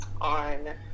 on